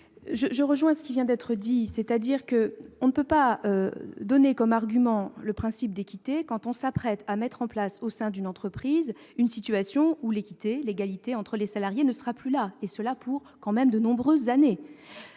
je rejoins ce qui vient d'être dit : on ne peut pas prendre comme argument le principe d'équité quand on s'apprête à mettre en place au sein d'une entreprise une situation où l'équité et l'égalité entre les salariés auront disparu, et ce pour de nombreuses années